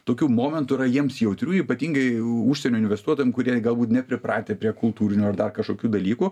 tokių momentų yra jiems jautrių ypatingai užsienio investuotojam kurie galbūt nepripratę prie kultūrinių ar dar kažkokių dalykų